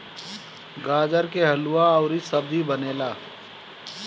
गाजर के हलुआ अउरी सब्जी बनेला